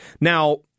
Now